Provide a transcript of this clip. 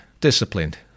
disciplined